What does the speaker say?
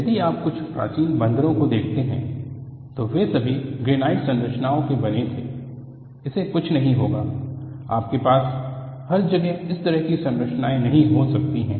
यदि आप कुछ प्राचीन मंदिरों को देखते हैं तो वे सभी ग्रेनाइट संरचनाओं से बने थे इसे कुछ नहीं होगा आपके पास हर जगह उस तरह की संरचना नहीं हो सकती है